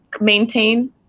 maintain